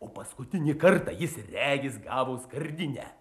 o paskutinį kartą jis regis gavo skardinę